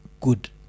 good